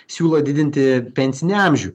siūlo didinti pensinį amžių